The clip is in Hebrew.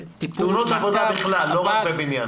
למאבק --- בתאונות עבודה בכלל, לא רק בבניין.